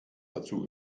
dazu